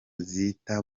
zita